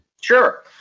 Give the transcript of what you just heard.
Sure